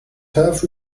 have